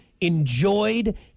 enjoyed